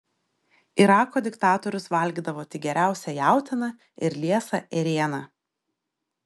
irako diktatorius valgydavo tik geriausią jautieną ir liesą ėrieną